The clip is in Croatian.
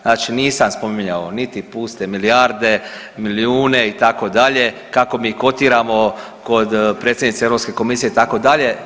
Znači nisam spominjao niti puste milijarde, milijune itd., kako mi kotiramo kod predsjednice Europske komisije itd.